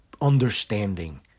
understanding